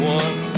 one